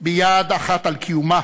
ביד אחת על קיומה